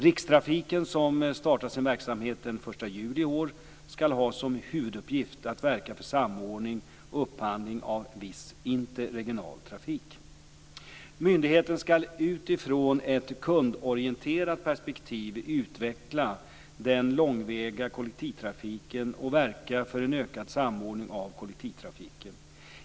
Rikstrafiken, som startar sin verksamhet den 1 juli i år, skall ha som huvuduppgift att verka för samordning och upphandling av viss interregional trafik. Myndigheten skall utifrån ett kundorienterat perspektiv utveckla den långväga kollektivtrafiken och verka för en ökad samordning av kollektivtrafiken.